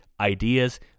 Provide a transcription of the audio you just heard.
ideas